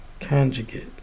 conjugate